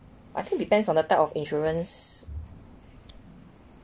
I think depends on the type of insurance